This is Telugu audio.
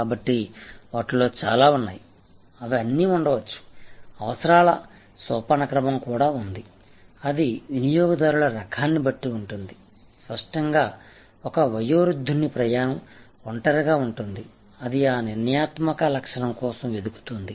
కాబట్టి వాటిలో చాలా ఉన్నాయి అవి అన్నీ ఉండవచ్చు అవసరాల సోపానక్రమం కూడా ఉంది అది వినియోగదారుల రకాన్ని బట్టి ఉంటుంది స్పష్టంగా ఒక వయోవృద్ధుని ప్రయాణం ఒంటరిగా ఉంటుంది అది ఆ నిర్ణయాత్మక లక్షణం కోసం వెతుకుతోంది